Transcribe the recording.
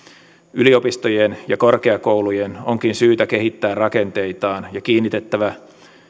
yliopistojen ja korkeakoulujen onkin syytä kehittää rakenteitaan ja kiinnitettävä